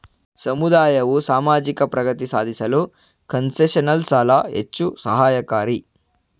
ಸಮುದಾಯವು ಸಾಮಾಜಿಕ ಪ್ರಗತಿ ಸಾಧಿಸಲು ಕನ್ಸೆಷನಲ್ ಸಾಲ ಹೆಚ್ಚು ಸಹಾಯಕಾರಿ